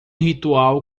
ritual